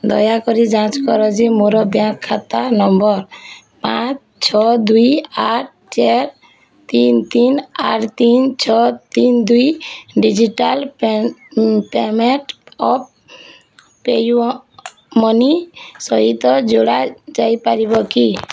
ଦୟାକରି ଯାଞ୍ଚ କର ଯେ ମୋର ବ୍ୟାଙ୍କ୍ ଖାତା ନମ୍ବର ପାଞ୍ଚ ଛଅ ଦୁଇ ଆଠ ଚାରି ତିନି ତିନି ଆଠ ତିନି ଛଅ ତିନି ଦୁଇ digital payment app PayUmoney ସହିତ ଯୋଡ଼ା ଯାଇପାରିବ କି